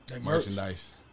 merchandise